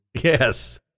Yes